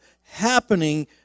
happening